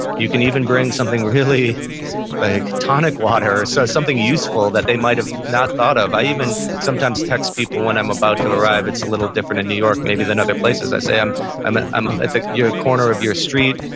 you can even bring something really like tonic water or so something useful that they might've not thought of i even sometimes text people when i'm about to arrive, it's a little different in new york maybe than other places. i say, i'm i'm at the corner of your street.